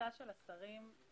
ההחלטה של השרים היא